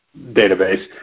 database